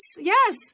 yes